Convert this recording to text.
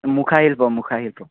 মুখা শিল্প মুখা শিল্প